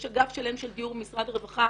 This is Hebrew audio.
יש אגף שלם של דיור במשרד הרווחה